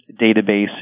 database